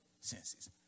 senses